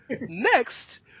next